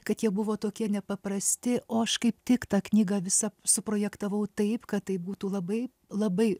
kad jie buvo tokie nepaprasti o aš kaip tik tą knygą visa suprojektavau taip kad tai būtų labai labai